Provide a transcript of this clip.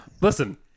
listen